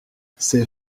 ses